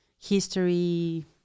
history